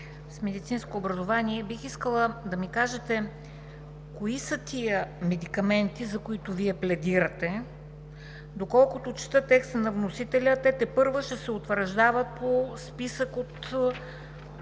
с медицинско образование, бих искала да ми кажете кои са тези медикаменти, за които Вие пледирате? Доколкото чета текста на вносителя, те тепърва ще се утвърждават по предложение